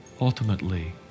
ultimately